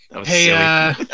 hey